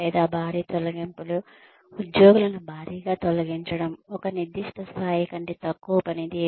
లేదా భారీ తొలగింపులు ఉద్యోగులను భారీగా తొలగించడం ఒక నిర్దిష్ట స్థాయి కంటే తక్కువ పనితీరు